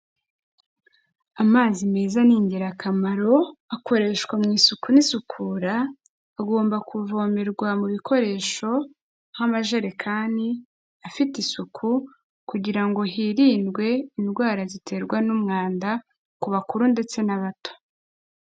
Amazi meza ni ingirakamaro akoreshwa mu isuku n'isukura, agomba kuvomerwa mu bikoresho nk'amajerekani afite isuku kugira ngo hirindwe indwara ziterwa n'umwanda ku bakuru ndetse n'abato.